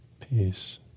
peace